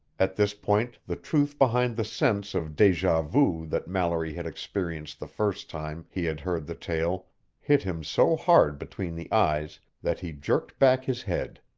at this point, the truth behind the sense of deja vu that mallory had experienced the first time he had heard the tale hit him so hard between the eyes that he jerked back his head.